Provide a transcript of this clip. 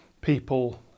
people